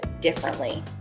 differently